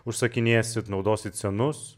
užsakinėsit naudosit senus